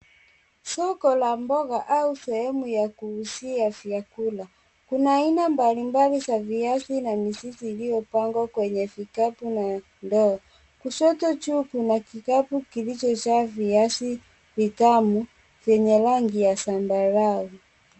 Soko la mboga au sehemu ya kuuzia vyakula, kuna aina mbalimbali za viazi na mizizi iliyopangwa kwenye vikapu na ndoo, kushoto juu kuna kikapu kilichojaa viazi vitamu vyenye rangi ya zambarau.